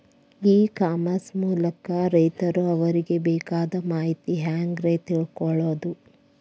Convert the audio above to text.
E commerce ಮೂಲಕ ರೈತರು ಅವರಿಗೆ ಬೇಕಾದ ಮಾಹಿತಿ ಹ್ಯಾಂಗ ರೇ ತಿಳ್ಕೊಳೋದು?